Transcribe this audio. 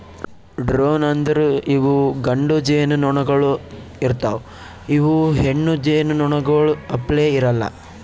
drone ಅಂದುರ್ ಇವು ಗಂಡು ಜೇನುನೊಣಗೊಳ್ ಇರ್ತಾವ್ ಇವು ಹೆಣ್ಣು ಜೇನುನೊಣಗೊಳ್ ಅಪ್ಲೇ ಇರಲ್ಲಾ